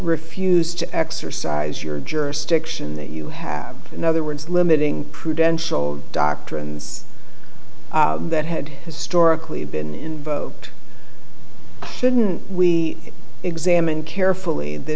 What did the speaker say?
refuse to exercise your jurisdiction that you have in other words limiting prudential doctrines that had historically been shouldn't we examine carefully the